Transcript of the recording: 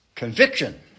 Conviction